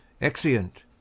exeunt